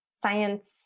science